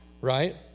Right